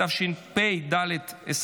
התשפ"ד 2024,